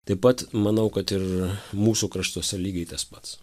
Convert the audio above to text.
taip pat manau kad ir mūsų kraštuose lygiai tas pats